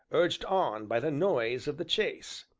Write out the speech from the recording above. urged on by the noise of the chase.